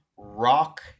rock